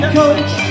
coach